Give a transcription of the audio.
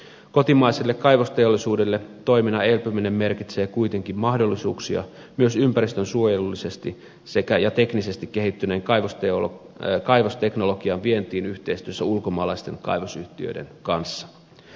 kotimaiselle kaivosteollisuudelle toiminnan elpyminen merkitsee kuitenkin mahdollisuuksia myös ympäristönsuojelullisesti ja teknisesti kehittyneen kaivosteknologian vientiin yhteistyössä ulkomaalaisten kaivosyhtiöiden kanssa